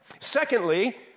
Secondly